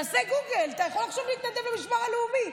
תעשה גוגל, אתה יכול עכשיו להתנדב למשמר הלאומי.